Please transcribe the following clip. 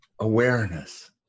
awareness